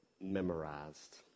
memorized